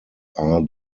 are